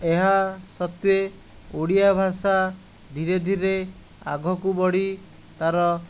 ଏହାସତ୍ତ୍ୱେ ଓଡ଼ିଆ ଭାଷା ଧୀରେ ଧୀରେ ଆଗକୁ ବଢ଼ି ତା'ର